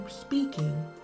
speaking